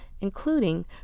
including